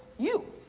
you.